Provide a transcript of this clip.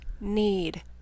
need